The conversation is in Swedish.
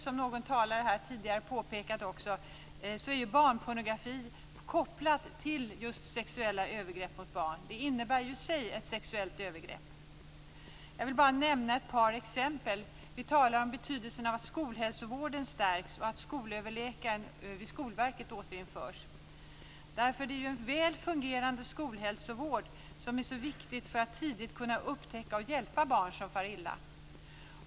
Som någon talare här tidigare påpekat är barnpornografi kopplat till just sexuella övergrepp mot barn och innebär i sig ett sexuellt övergrepp. Jag vill bara nämna ett par exempel. Vi talar om betydelsen av att skolhälsovården stärks och att skolöverläkaren vid Skolverket återinförs. En väl fungerande skolhälsovård är mycket viktig för att tidigt kunna upptäcka och hjälpa barn som far illa.